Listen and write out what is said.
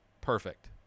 Perfect